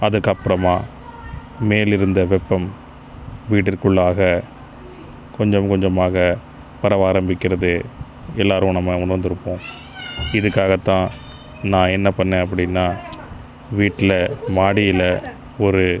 அதுக்கப்புறமா மேலிருந்து வெப்பம் வீட்டிற்குள்ளாக கொஞ்சம் கொஞ்சமாக பரவ ஆரம்பிக்கிறது எல்லோரும் நம்ம உணர்ந்திருப்போம் இதுக்காகதான் நான் என்ன பண்ணிணேன் அப்டின்னா வீட்டில் மாடியில் ஒரு